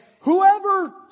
whoever